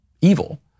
evil